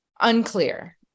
unclear